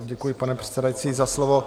Děkuji, pane předsedající, za slovo.